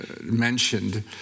mentioned